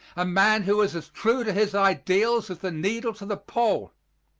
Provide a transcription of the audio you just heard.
a man who was as true to his ideals as the needle to the pole.